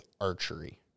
archery